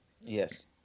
yes